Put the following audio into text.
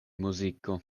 muziko